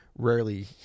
Rarely